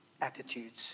attitudes